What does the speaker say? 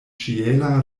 ĉiela